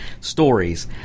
stories